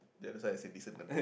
ya that's why I say decent right